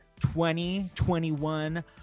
2021